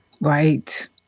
Right